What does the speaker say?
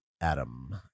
Adam